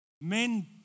Men